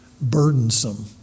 burdensome